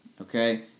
Okay